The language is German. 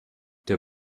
der